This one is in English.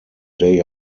day